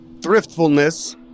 thriftfulness